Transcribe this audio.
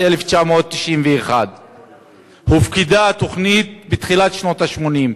1991. התוכנית הופקדה בתחילת שנות ה-80.